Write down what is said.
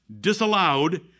disallowed